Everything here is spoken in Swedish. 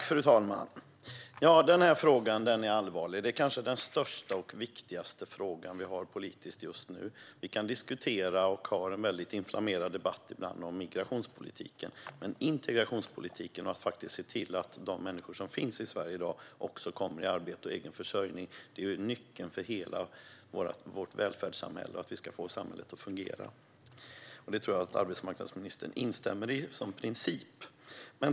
Fru talman! Denna fråga är allvarlig - den är kanske den största och viktigaste fråga som vi har politiskt just nu. Vi kan diskutera migrationspolitiken och har ibland en väldigt inflammerad debatt om den, men integrationspolitiken - och att se till att de människor som finns i Sverige i dag kommer i arbete och skaffar sig egen försörjning - är nyckeln för hela vårt välfärdssamhälle och för att få samhället att fungera. Jag tror också att arbetsmarknadsministern instämmer i detta som princip.